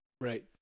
Right